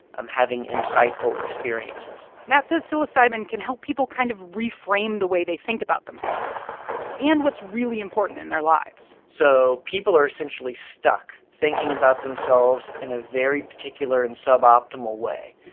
um having insightful experiences matt says psilocybin can help people kind of reframe the way they think about themselves and what's really important in their lives so people are essentially stuck thinking about themselves in a very particular and suboptimal way.